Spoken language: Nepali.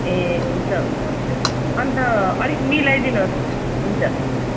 ए हुन्छ हुन्छ हुन्छ अन्त अलिकति मिलाइदिनु होस् न हुन्छ हुन्छ